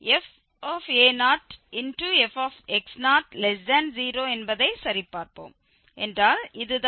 எனவே நாம் fa0fx00 என்பதை சரிபார்ப்போம் என்றால் இதுதான் வழக்கு